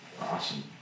Awesome